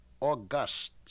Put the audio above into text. august